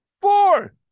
Four